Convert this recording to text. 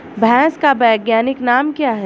भैंस का वैज्ञानिक नाम क्या है?